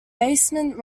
basement